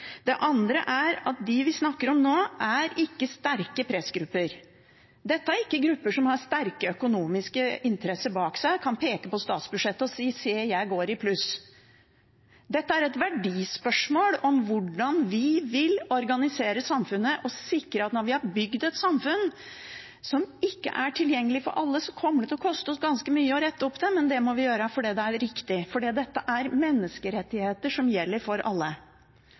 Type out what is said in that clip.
Det andre er at dem vi snakker om nå, ikke er sterke pressgrupper. Dette er ikke grupper som har sterke økonomiske interesser bak seg, som kan peke på statsbudsjettet og si: Se, jeg går i pluss. Dette er et verdispørsmål om hvordan vi vil organisere samfunnet og sikre at når vi har bygd et samfunn som ikke er tilgjengelig for alle, kommer det til å koste oss ganske mye å rette det opp, men det må vi gjøre fordi det er riktig, fordi dette er menneskerettigheter som gjelder for alle.